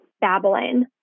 babbling